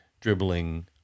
dribbling